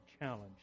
challenge